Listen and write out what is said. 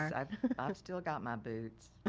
um i've ah still got my boots.